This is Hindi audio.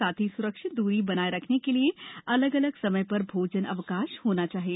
साथ ही सुरक्षित दूरी बनाए रखने के लिए अलग अलग समय पर भोजन अवकाश होना चाहिए